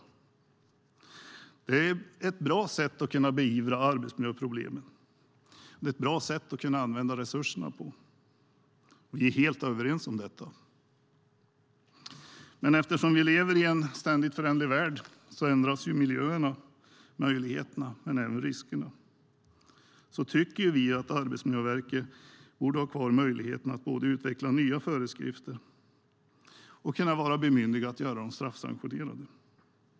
Det är ett bra sätt att beivra arbetsmiljöproblemen, och det är ett bra sätt att använda resurserna på. Vi är helt överens om detta. Men eftersom vi lever i en ständigt föränderlig värld ändras miljöerna, möjligheterna och även riskerna. Vi tycker att Arbetsmiljöverket borde ha kvar möjligheterna att utveckla nya föreskrifter och vara bemyndigat att göra dem straffsanktionerade.